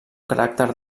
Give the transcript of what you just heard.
caràcter